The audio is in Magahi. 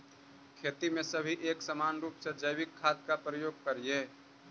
खेती में सभी एक समान रूप से जैविक खाद का प्रयोग करियह